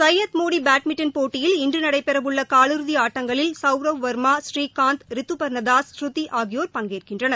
Syed Modi badminton போட்டியில் இன்று நடைபெறவுள்ள காலிறுதி ஆட்டங்களில் சவுரவ் வர்மா ஸ்ரீகாந்த் ரித்து பர்னதாஸ் ஸ்ருதி ஆகியோர் பங்கேற்கின்றனர்